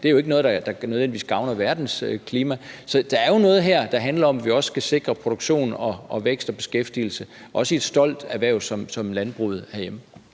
det er jo ikke noget, der nødvendigvis gavner verdens klima. Så der er noget her, der handler om, at vi skal sikre produktion, vækst og beskæftigelse, også i et stolt erhverv som landbruget herhjemme.